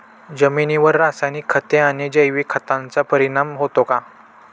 जमिनीवर रासायनिक खते आणि जैविक खतांचा परिणाम होतो का?